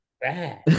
bad